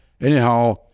Anyhow